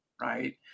right